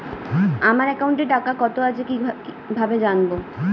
আমার একাউন্টে টাকা কত আছে কি ভাবে জানবো?